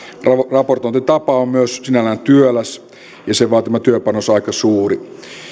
raportointitapa on myös sinällään työläs ja sen vaatima työpanos aika suuri